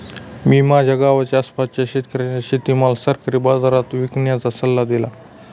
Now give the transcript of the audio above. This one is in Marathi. मी माझ्या गावाच्या आसपासच्या शेतकऱ्यांना शेतीमाल सरकारी बाजारात विकण्याचा सल्ला दिला